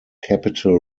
capital